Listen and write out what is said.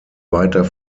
weiter